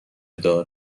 دار